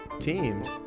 teams